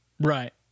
Right